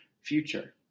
future